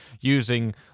using